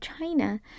China